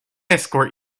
escort